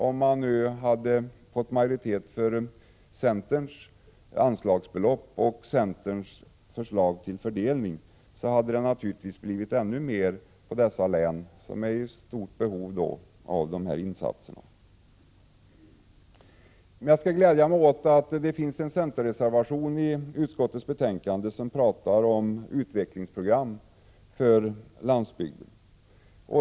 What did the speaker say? Om vi hade fått majoritet för centerns anslagsbelopp och centerns förslag till fördelning, hade det naturligtvis blivit ännu mer pengar till dessa län, som är i stort behov av insatser. Jag gläder mig åt att det i utskottsbetänkandet finns en centerreservation där det står att läsa om ett utvecklingsprogram för landsbygden.